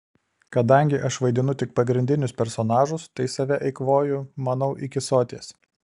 kadangi aš vaidinu tik pagrindinius personažus tai save eikvoju manau iki soties